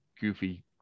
goofy